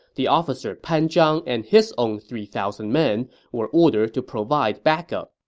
the officer pan zhang and his own three thousand men were ordered to provide backup.